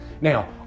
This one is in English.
Now